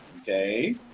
Okay